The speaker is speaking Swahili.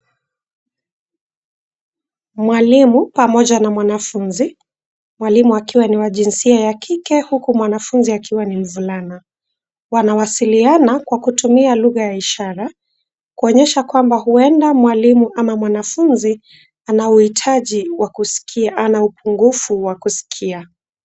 Mwalimu pamoja na mwanafunzi. Mwalimu akiwa ni wa jinsia ya kike huku mwanafunzi akiwa ni mvulana. Wanawasiliana kwa kutumia lugha ya ishara, kuonyesha kwamba huenda mwalimu ama mwanafunzi ana uhitaji wa kuskia ana upungufu wa kuskia.